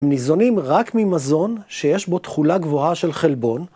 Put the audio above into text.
ניזונים רק ממזון שיש בו תכולה גבוהה של חלבון.